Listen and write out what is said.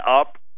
up